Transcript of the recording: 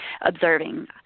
observing